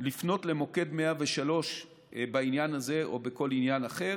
לפניות למוקד 103 בעניין הזה או בכל עניין אחר.